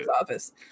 office